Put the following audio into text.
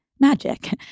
magic